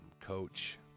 coach